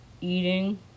eating